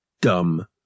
dumb